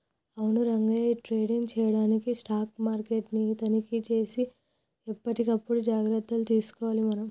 అవును రంగయ్య ఈ ట్రేడింగ్ చేయడానికి స్టాక్ మార్కెట్ ని తనిఖీ సేసి ఎప్పటికప్పుడు జాగ్రత్తలు తీసుకోవాలి మనం